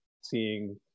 seeing